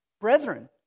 brethren